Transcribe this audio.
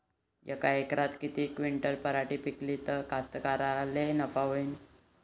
यका एकरात किती क्विंटल पराटी पिकली त कास्तकाराइले नफा होईन?